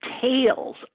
tails